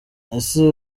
ese